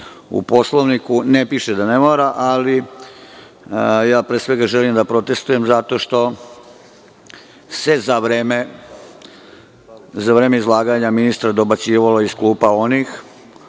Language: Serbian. Poslovniku ne piše da ne mora, ali pre svega želim da protestujem zato što se za vreme izlaganja ministra dobacivalo iz klupa onih